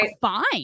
fine